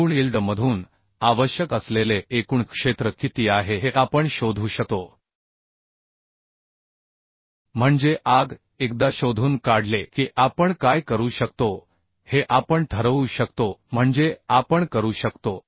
एकूण इल्ड मधून आवश्यक असलेले एकूण क्षेत्र किती आहे हे आपण शोधू शकतो म्हणजे Ag एकदा शोधून काढले की आपण काय करू शकतो हे आपण ठरवू शकतो म्हणजे आपण करू शकतो